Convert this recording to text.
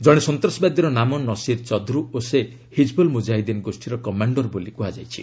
ଜଣେ ସନ୍ତାସବାଦୀର ନାମ ନସିର୍ ଚଦ୍ରୁ ଓ ସେ ହିକ୍ବୁଲ୍ ମୁଜାହିଦ୍ଦିନ୍ ଗୋଷୀର କମାଣ୍ଡର ବୋଲି କୁହାଯାଇଛି